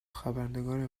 خبرنگار